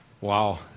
Wow